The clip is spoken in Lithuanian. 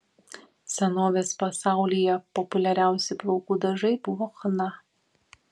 senovės pasaulyje populiariausi plaukų dažai buvo chna